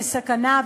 כסכנה.